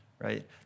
right